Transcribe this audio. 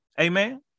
Amen